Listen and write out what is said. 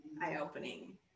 eye-opening